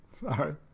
Sorry